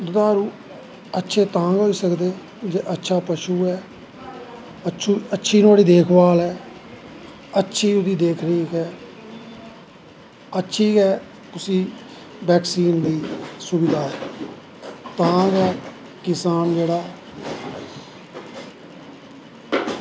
दुध्रु अच्छे तां होई सकदे जे अच्छा पशु ऐ अच्छी ओह्दी देखभाल ऐ अच्छी ओह्दी देखरेख ऐ अच्छी गै उसी बैक्सीन दी सुविधा ऐ तां गै किसान जेह्ड़ा ऐ